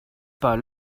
pas